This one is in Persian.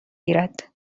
گیرد